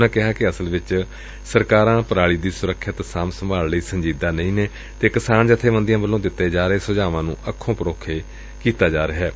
ਉਨ੍ਹਾਂ ਕਿਹਾ ਕਿ ਅਸਲ ਵਿਚ ਸਰਕਾਰਾ ਪਰਾਲੀ ਦੀ ਸਰੁੱਖਿਅਤ ਸਾਂਭ ਸੰਭਾਲ ਲਈ ਸੰਜੀਦਾ ਨਹੀ ਨੇ ਅਤੇ ਕਿਸਾਨ ਜਥੇਬੰਦੀਆ ਵੱਲੋਂ ਦਿੱਤੇ ਜਾ ਹਰੇ ਸੁਝਾਵਾਂ ਨੂੰ ਅੱਖੋਂ ਪਰੋਖੇ ਕਰ ਰਹੀਆ ਨੇ